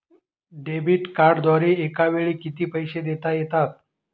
Debit कार्डद्वारे एकावेळी किती पैसे देता येतात?